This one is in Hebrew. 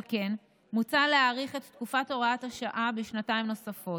על כן מוצע להאריך את תקופת הוראת השעה בשנתיים נוספות.